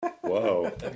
Whoa